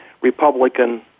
Republican